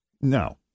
No